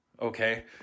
okay